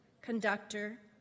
conductor